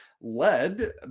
led